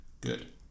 Good